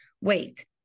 Wait